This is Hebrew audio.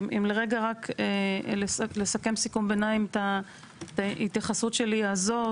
אם לרגע רק לסכם סיכום ביניים את ההתייחסות הזאת שלי,